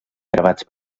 gravats